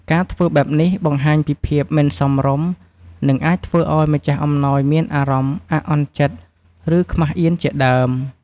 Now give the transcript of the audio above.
ការធ្វើបែបនេះបង្ហាញពីភាពមិនសមរម្យ និងអាចធ្វើឲ្យម្ចាស់អំណោយមានអារម្មណ៍អាក់អន់ចិត្ត ឬខ្មាសអៀនជាដើម។